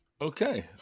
Okay